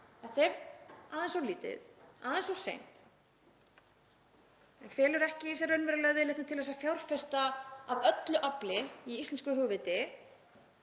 Þetta er aðeins of lítið, aðeins of seint, felur ekki í sér raunverulega viðleitni til að fjárfesta af öllu afli í íslensku hugviti